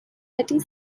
petty